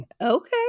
Okay